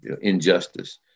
injustice